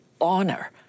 honor